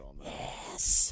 Yes